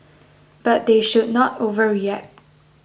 but they should not overreact